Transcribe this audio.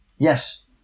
Yes